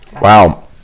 Wow